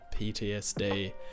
ptsd